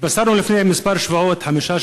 התבשרנו לפני כמה שבועות,